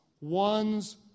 one's